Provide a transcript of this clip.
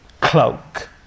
Cloak